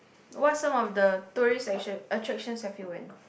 what some of the tourist attractions attractions have you went